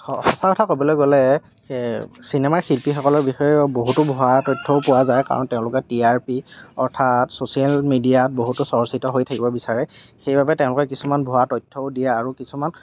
সঁচা কথা ক'বলৈ গ'লে সেইয়াই আৰু চিনেমাৰ শিল্পীসকলৰ বিষয়ে বহুতো ভুৱা তথ্য়ও পোৱা যায় কাৰণ তেওঁলোকে টি আৰ পি অৰ্থাৎ ছচিয়েল মেডিয়াত বহুতো চৰ্চিত হৈ থাকিব বিচাৰে সেইবাবে তেওঁলোকে কিছুমান ভুৱা তথ্য়ও দিয়ে আৰু কিছুমান